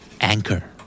anchor